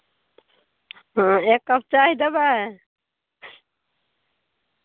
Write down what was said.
हँ एक कप चाय देबै